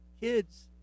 kids